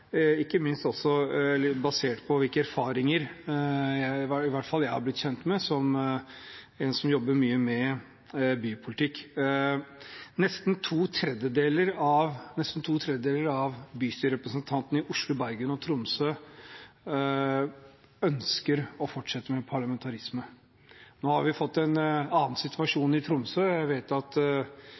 ikke minst også – basert på hvilke erfaringer i hvert fall jeg har blitt kjent med, som en som jobber mye med bypolitikk. Nesten to tredjedeler av bystyrerepresentantene i Oslo, Bergen og Tromsø ønsker å fortsette med parlamentarisme. Nå har vi fått en annen situasjon i Tromsø – jeg vet at